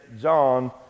John